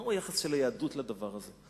מהו היחס של היהדות לדבר הזה?